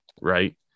Right